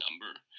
number